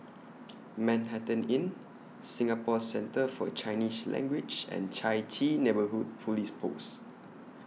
Manhattan Inn Singapore Centre For Chinese Language and Chai Chee Neighbourhood Police Post